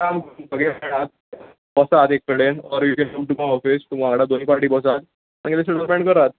एक काम करूया नाजाल्यार बसात एक कडेन or you can come to my office तुमी वांगडा दोनी पार्टी बसा आनी मागीर तो सेटलमेंट करात